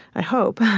i hope,